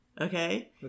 okay